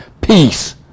peace